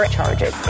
charges